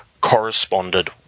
corresponded